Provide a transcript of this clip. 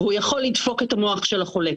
הוא יכול לדפוק את המוח של החולה.